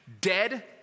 dead